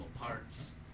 parts